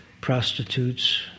prostitutes